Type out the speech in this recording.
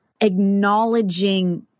acknowledging